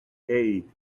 hey